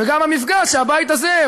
וגם במפגש שהבית הזה,